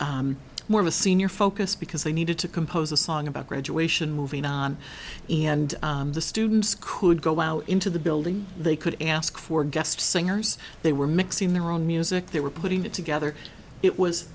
more of a senior focus because they needed to compose a song about graduation moving on and the students could go out into the building they could ask for guest singers they were mixing their own music they were putting it together it was